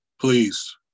Please